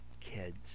kids